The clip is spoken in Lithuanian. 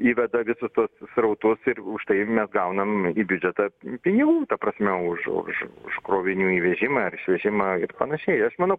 įveda visus tuos srautus ir už tai mes gaunam į biudžetą pinigų ta prasme užuž už krovinių įvežimą ar išvežimą ir panašiai aš manau